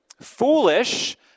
foolish